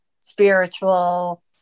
spiritual